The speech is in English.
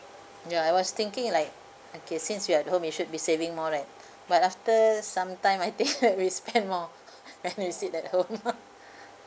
ya I was thinking it like okay since you're at home you should be saving more right but after sometimes I think that we spend more when we sit at home